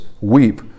weep